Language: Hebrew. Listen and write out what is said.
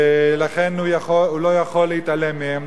ולכן הוא לא יכול להתעלם מהם,